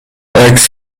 عکس